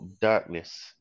darkness